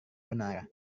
benar